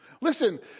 Listen